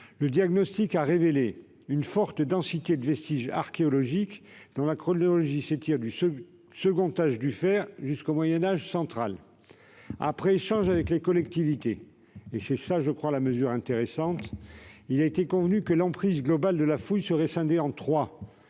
le diagnostic a révélé une forte densité de vestiges archéologiques, dont la chronologie s'étire du second âge du fer au Moyen Âge central. Après échange avec les collectivités- voici la mesure qui va vous intéresser -, il a été convenu que l'emprise globale de la fouille serait scindée en trois